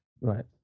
Right